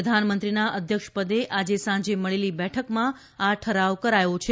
પ્રધાનમંત્રીના અધ્યક્ષપદે આજે સાંજે મળેલી બેઠકમાં આ ઠરાવ કરાયો છે